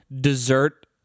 dessert